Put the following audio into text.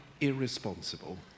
irresponsible